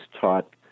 taught